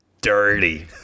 dirty